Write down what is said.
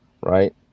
Right